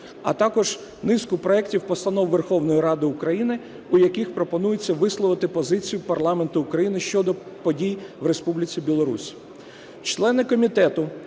а також низку проектів постанов Верховної Ради України, у яких пропонується висловити позицію парламенту України щодо подій у Республіці Білорусь.